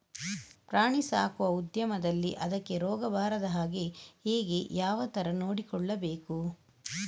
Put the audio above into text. ಪ್ರಾಣಿ ಸಾಕುವ ಉದ್ಯಮದಲ್ಲಿ ಅದಕ್ಕೆ ರೋಗ ಬಾರದ ಹಾಗೆ ಹೇಗೆ ಯಾವ ತರ ನೋಡಿಕೊಳ್ಳಬೇಕು?